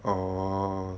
oh